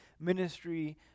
ministry